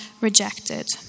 rejected